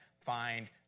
find